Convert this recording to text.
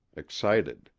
excited.